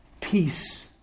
peace